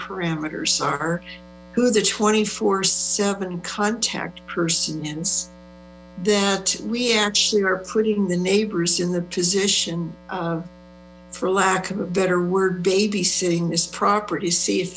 parameters are to the twenty four seven contact persons that we actually are putting the neighbors in the position of for lack of a better word babysitting this property